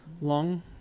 Long